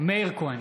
מאיר כהן,